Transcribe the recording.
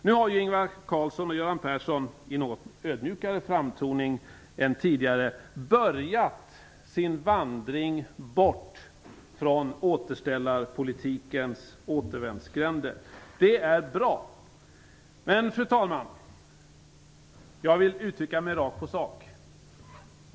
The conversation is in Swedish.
Nu har Ingvar Carlsson och Göran Persson, i en något ödmjukare framtoning än tidigare, börjat sin vandring bort från återställarpolitikens återvändsgränder. Det är bra. Fru talman! Jag vill uttrycka mig rakt på sak.